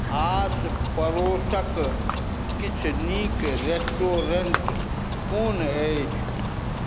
आस पड़ोसक किछु नीक रेस्टोरेंट कोन अछि